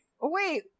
Wait